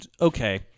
okay